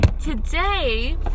Today